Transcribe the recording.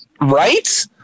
Right